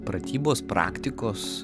pratybos praktikos